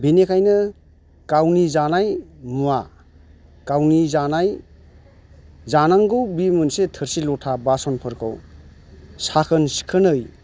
बेनिखायनो गावनि जानाय मुवा गावनि जानाय जानांगौ बेयो मोनसे थोरसि लथा बासनफोरखौ साखोन सिखोनै